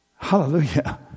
hallelujah